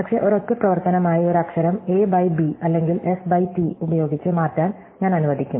പക്ഷേ ഒരൊറ്റ പ്രവർത്തനമായി ഒരു അക്ഷരം a ബൈ b അല്ലെങ്കിൽ s ബൈ t ഉപയോഗിച്ച് മാറ്റാൻ ഞാൻ അനുവദിക്കും